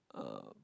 uh